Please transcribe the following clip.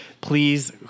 Please